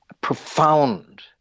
profound